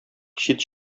чит